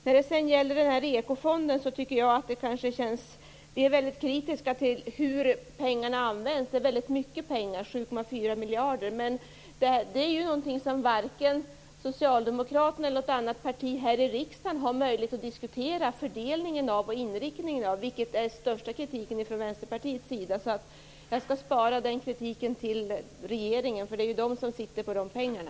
Vi i Vänsterpartiet är kritiska till hur pengarna används när det gäller den här ekofonden. Det är väldigt mycket pengar - 7,4 miljarder. Men detta är någonting som varken Socialdemokraterna eller något annat parti här i riksdagen har möjlighet att diskutera fördelningen och inriktningen av. Det är den största kritiken från Vänsterpartiets sida. Jag skall alltså spara den kritiken till regeringen. Det är ju den som sitter på de här pengarna.